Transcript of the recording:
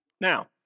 Now